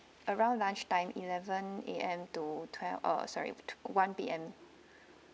around lunchtime eleven A_M to twelve oh sorry with one P_M